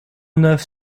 neuf